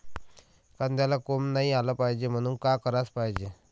कांद्याला कोंब नाई आलं पायजे म्हनून का कराच पायजे?